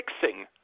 fixing